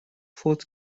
فوت